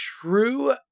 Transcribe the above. true